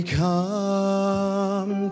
come